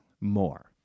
more